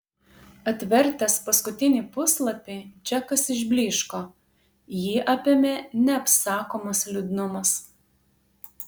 atvertęs paskutinį puslapį džekas išblyško jį apėmė neapsakomas liūdnumas